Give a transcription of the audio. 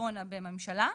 נדונה בממשלה.